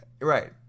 right